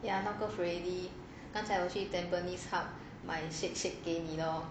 ya knock off already 刚才我去 tampines hub 买 shake shack 给你 lor